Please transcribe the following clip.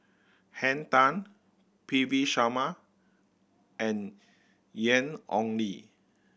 Henn Tan P V Sharma and Ian Ong Li